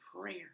prayer